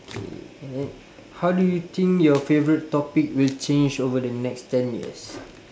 K and then how do you think your favourite topic will change over the next ten years